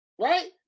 Right